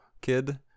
kid